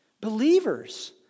believers